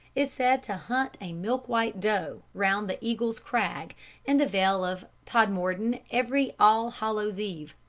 is said to hunt a milk-white doe round the eagle's crag in the vale of todmorden every all hallows eve.